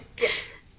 yes